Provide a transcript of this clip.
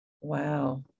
Wow